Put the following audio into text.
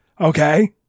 Okay